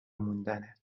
موندنت